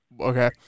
Okay